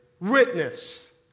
witness